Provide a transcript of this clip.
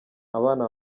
abana